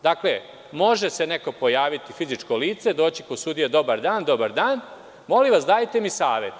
Dakle, može se neko pojaviti, fizičko lice, dođi kod sudije – dobar dan, molim vas dajte mi savet.